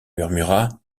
murmura